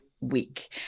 week